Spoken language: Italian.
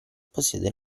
possiede